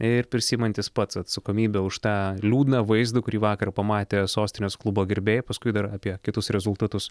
ir prisiimantis pats atsakomybę už tą liūdną vaizdą kurį vakar pamatė sostinės klubo gerbėjai paskui dar apie kitus rezultatus